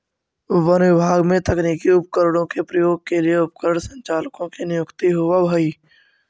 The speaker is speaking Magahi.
वन विभाग में तकनीकी उपकरणों के प्रयोग के लिए उपकरण संचालकों की नियुक्ति होवअ हई